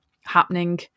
happening